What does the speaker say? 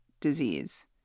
disease